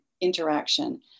interaction